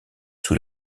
sous